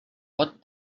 pot